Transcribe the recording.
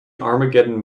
armageddon